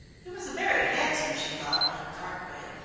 he was very handsome, she thought, in a dark way,